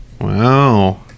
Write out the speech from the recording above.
Wow